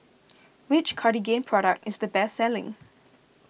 which Cartigain product is the best selling